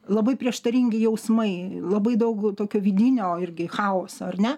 labai prieštaringi jausmai labai daug tokio vidinio irgi chaoso ar ne